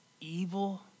evil